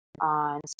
on